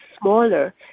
smaller